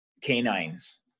canines